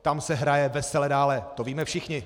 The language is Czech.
Tam se hraje vesele dále, to víme všichni.